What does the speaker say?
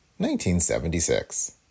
1976